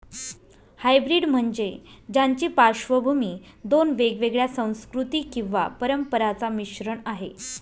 hybrid म्हणजे ज्याची पार्श्वभूमी दोन वेगवेगळ्या संस्कृती किंवा परंपरांचा मिश्रण आहे